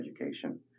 education